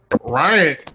Ryan